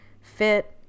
fit